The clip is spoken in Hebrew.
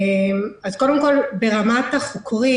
אז קודם כל, ברמת החוקרים,